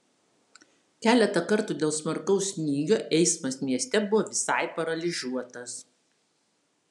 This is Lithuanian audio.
keletą kartų dėl smarkaus snygio eismas mieste buvo visai paralyžiuotas